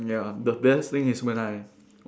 ya the best thing is when I